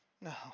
no